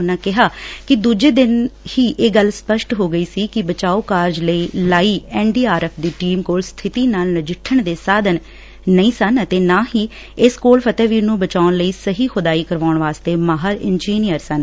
ਉਨੂਾ ਕਿਹਾ ਕਿ ਦੂਜੇ ਦਿਨ ਹੀ ਇਹ ਗੱਲ ਸਪਸ਼ਟ ਹੋ ਗਈ ਸੀ ਕਿ ਬਚਾਓ ਕਾਰਜ ਲਈ ਲਾਈ ਐਨ ਡੀ ਆਰ ਐਫ਼ ਦੀ ਟੀਮ ਕੋਲ ਸਬਿਤੀ ਨਾਲ ਨਜਿੱਠਣ ਦੇ ਸਾਧਨ ਨਹੀਂ ਸਨ ਅਤੇ ਨਾ ਹੀ ਇਸ ਕੋਲ ਫਤਿਹਵੀਰ ਨੂੰ ਬਚਾਉਣ ਲਈ ਸਹੀ ਖੁਦਾਈ ਕਰਵਾਉਣ ਵਾਸਤੇ ਮਾਹਿਰ ਇੰਜਨੀਅਰ ਸਨ